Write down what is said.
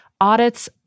audits